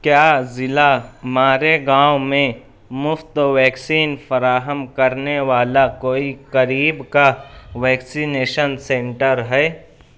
کیا ضلع ماریگاؤں میں مفت ویکسین فراہم کرنے والا کوئی قریب کا ویکسینیشن سینٹر ہے